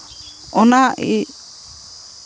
ᱚᱱᱟ